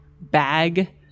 bag